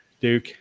Duke